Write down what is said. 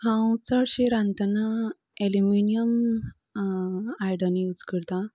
हांव चडशी रांदतना एलुमिनीयम आयदनां यूज करता